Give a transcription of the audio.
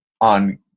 on